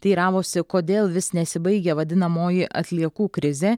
teiravosi kodėl vis nesibaigia vadinamoji atliekų krizė